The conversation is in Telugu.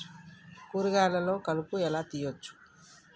కూరగాయలలో కలుపు ఎలా తీయచ్చు?